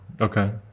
okay